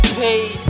paid